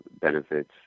benefits